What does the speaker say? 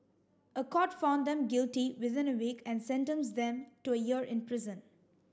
a court found them guilty within a week and sentenced them to a year in prison